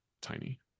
tiny